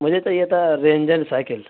مجھے چاہیے تھا رینجر سائیکل